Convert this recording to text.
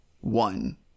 one